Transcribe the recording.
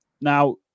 now